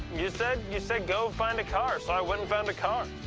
you said you said go find a car, so i went and found a car.